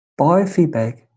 biofeedback